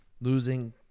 losing